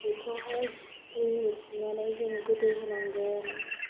बेखौहाय दै होफिननानै जों गोदौ होनांगोन